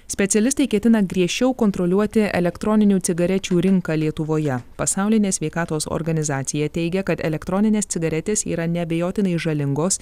specialistai ketina griežčiau kontroliuoti elektroninių cigarečių rinką lietuvoje pasaulinė sveikatos organizacija teigia kad elektroninės cigaretės yra neabejotinai žalingos